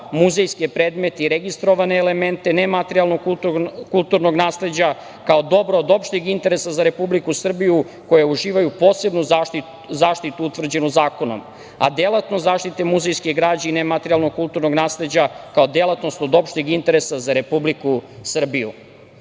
muzejske predmete i registrovane elemente nematerijalnog kulturnog nasleđa, kao dobra od opšteg interesa za Republiku Srbiju koja uživaju posebnu zaštitu utvrđenu zakonom, a delatnost zaštite muzejske građe i nematerijalnog kulturnog nasleđa kao delatnost od opšteg interesa za Republiku Srbiju. Inače,